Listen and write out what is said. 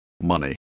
Money